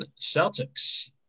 Celtics